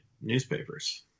newspapers